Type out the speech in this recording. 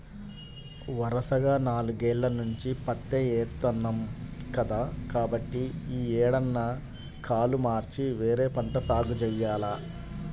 వరసగా నాలుగేల్ల నుంచి పత్తే ఏత్తన్నాం కదా, కాబట్టి యీ ఏడన్నా కాలు మార్చి వేరే పంట సాగు జెయ్యాల